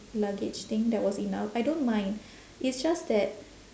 luggage thing that was enough I don't mind it's just that